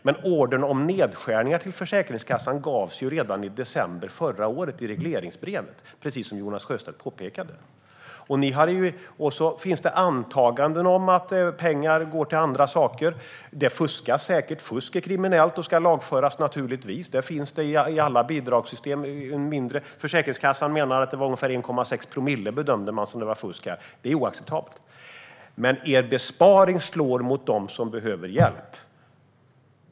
Men ordern om nedskärningar till Försäkringskassan gavs ju redan i december förra året i regleringsbrevet, precis som Jonas Sjöstedt påpekade. Det finns antaganden om att pengar går till andra saker. Det fuskas säkert. Fusk är kriminellt och ska naturligtvis lagföras. Fusk förekommer i mer eller mindre alla bidragssystem. Försäkringskassan bedömde att det var 1,6 promille som var fusk, och det är oacceptabelt. Men er besparing slår mot dem som behöver hjälp.